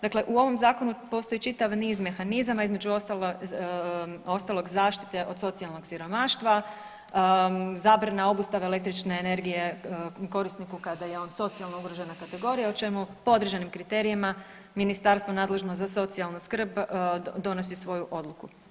Dakle, u ovom Zakonu postoji čitav niz mehanizama, između ostalog, zaštite od socijalnog siromaštva, zabrana obustave električne energije korisniku kada je on socijalno ugrožena kategorija o čemu po određenim kriterijima ministarstvo nadležno za socijalnu skrb donosi svoju odluku.